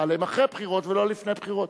עליהם אחרי הבחירות ולא לפני בחירות.